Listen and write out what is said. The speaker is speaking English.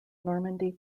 normandy